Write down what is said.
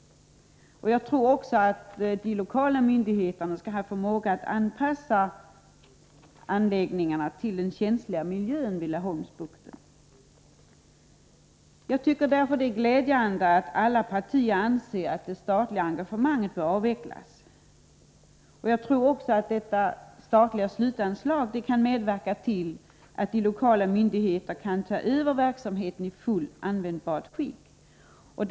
Jag tror att de lokala myndigheterna har förmåga att anpassa anläggningarna till den känsliga miljön vid Laholmsbukten. Det är därför glädjande att alla partier anser att det statliga engagemanget bör avvecklas. Detta statliga slutanslag kan medverka till att de lokala myndigheterna kan ta över verksamheten i fullt användbart skick.